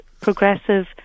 progressive